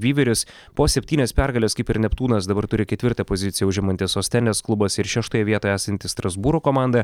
vyveris po septynias pergales kaip ir neptūnas dabar turi ketvirtą poziciją užimantis ostenės klubas ir šeštoje vietoje esanti strasbūro komanda